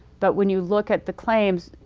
but when you look at the claims,